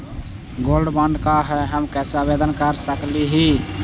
Gold bond का है, हम कैसे आवेदन कर सकली ही?